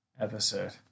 episode